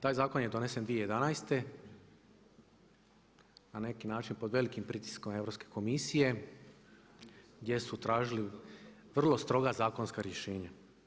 Taj zakon je donesen 2011. na neki način pod velikim pritiskom Europske komisije gdje su tražili vrlo stroga zakonska rješenja.